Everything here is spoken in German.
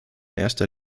erster